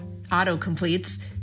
autocompletes